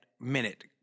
minute